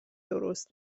درست